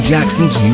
Jackson's